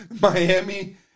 Miami